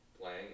playing